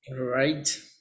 Right